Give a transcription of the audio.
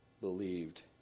believed